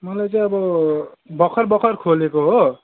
मलाई चाहिँ अब भर्खर भर्खर खोलेको हो